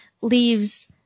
leaves